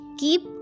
keep